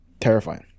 Terrifying